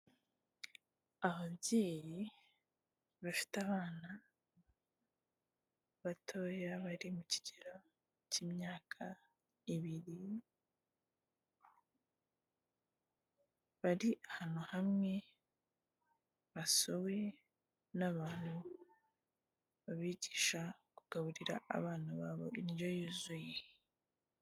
Ababyeyi bafite abana batoya bari mu kigero cy'imyaka ibiri, bari ahantu hamwe basuwe n'abantu babigisha kugaburira abana babo indyo yuzuye.